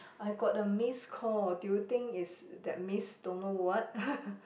I got a missed call do you think it's that miss don't know what